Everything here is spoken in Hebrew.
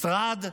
משרד,